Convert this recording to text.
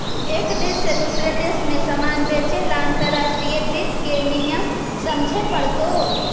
एक देश से दूसरे देश में सामान बेचे ला अंतर्राष्ट्रीय वित्त के नियम समझे पड़तो